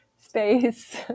space